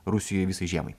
rusijoj visai žiemai